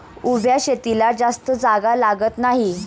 उभ्या शेतीला जास्त जागा लागत नाही